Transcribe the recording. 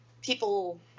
people